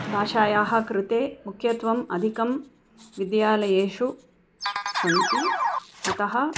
भाषायाः कृते मुख्यत्वम् अधिकं विद्यालयेषु सन्ति अतः